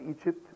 Egypt